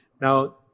Now